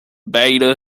bata